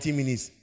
minutes